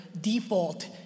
default